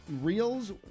reels